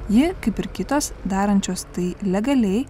ji kaip ir kitos darančios tai legaliai